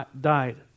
died